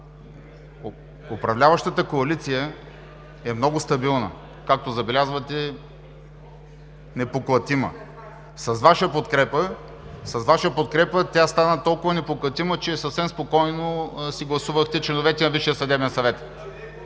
управляващата коалиция е много стабилна! Както забелязвате – непоклатима. С Вашата подкрепа тя стана толкова непоклатима, че съвсем спокойно си гласувахте членовете на Висшия съдебен съвет,